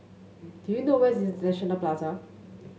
do you know where is International Plaza